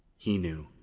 he knew,